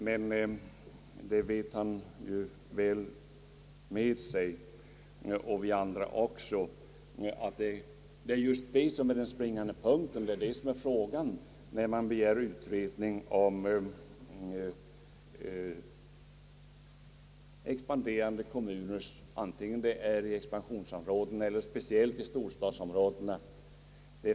Men han vet ju mycket väl, och vi andra också, att detta är just den springande punkten när man begär utredning om kreditförsörjningen till expanderande kommuner, antingen det gäller alla expansionsområden eller speciellt storstadsområdena.